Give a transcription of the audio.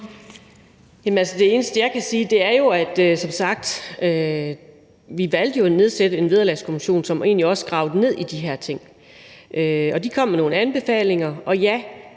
det eneste, jeg kan sige, er jo som sagt, at vi valgte at nedsætte en Vederlagskommission, som egentlig også gravede ned i de her ting. Den kom med nogle anbefalinger, og ja,